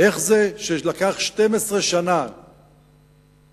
איך זה שלקח 12 שנה לאתר